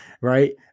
right